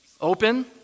Open